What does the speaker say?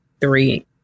three